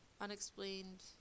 unexplained